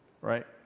right